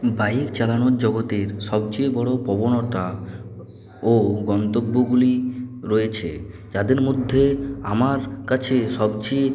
bike চালানোর জগতের সবচেয়ে বড় প্রবণতা ও গন্তব্যগুলি রয়েছে যাদের মধ্যে আমার কাছে সবচেয়ে